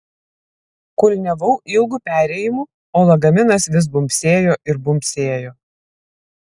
kulniavau ilgu perėjimu o lagaminas vis bumbsėjo ir bumbsėjo